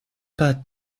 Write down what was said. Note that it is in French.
pas